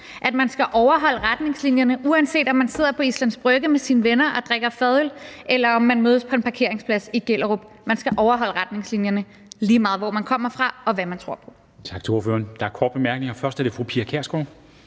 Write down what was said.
at man skal overholde retningslinjerne, uanset om man sidder på Islands Brygge med sine venner og drikker fadøl, eller man mødes på en parkeringsplads i Gellerup – man skal overholde retningslinjerne, lige meget hvor man kommer fra og hvad man tror på.